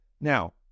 Now